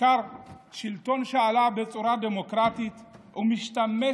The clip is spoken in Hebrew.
בעיקר שלטון שעלה בצורה דמוקרטית ומשתמש